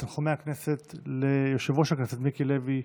תנחומי הכנסת ליושב-ראש הכנסת מיקי לוי,